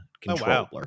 controller